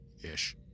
Ish